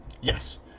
yes